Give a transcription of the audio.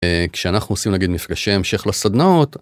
כשאנחנו עושים נגיד מפגשי המשך לסדנאות.